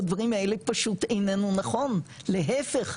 או דברים האלה פשוט איננו נכון להפך,